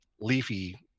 leafy